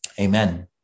Amen